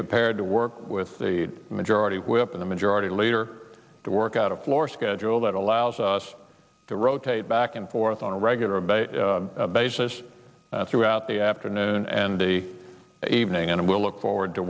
prepared to work with majority whip the majority leader to work out a floor schedule that allows us to rotate back and forth on a regular basis basis throughout the afternoon and the evening and we'll look forward to